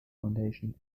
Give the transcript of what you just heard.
foundation